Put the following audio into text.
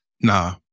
Nah